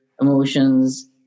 emotions